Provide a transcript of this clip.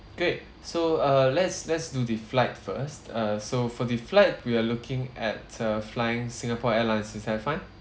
okay so uh let's let's do the flight first uh so for the flight we are looking at uh flying Singapore Airlines is that fine